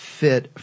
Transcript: fit